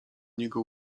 niego